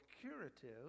curative